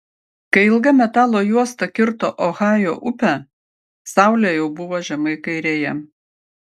kai ilga metalo juosta kirto ohajo upę saulė jau buvo žemai kairėje